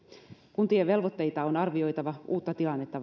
kuntien velvoitteita on arvioitava uutta tilannetta